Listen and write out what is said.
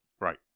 Right